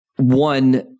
One